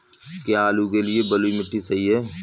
क्या आलू के लिए बलुई मिट्टी सही है?